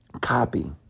copy